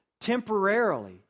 temporarily